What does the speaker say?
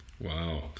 Wow